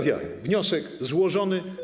Wniosek złożony.